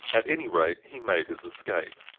at any rate, he made his escape.